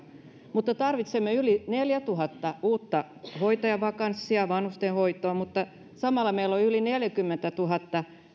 tarvitsemme yli neljätuhatta uutta hoitajavakanssia vanhustenhoitoon mutta samalla meillä on yli neljänkymmenentuhannen